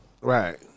Right